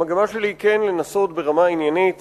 המגמה שלי היא כן לנסות ברמה עניינית